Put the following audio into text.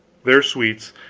their suites,